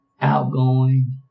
outgoing